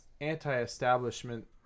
anti-establishment